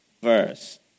verse